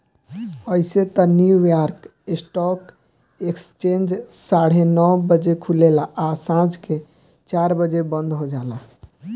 अइसे त New York stock exchange साढ़े नौ बजे खुलेला आ सांझ के चार बजे बंद हो जाला